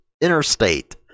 Interstate